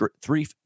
three –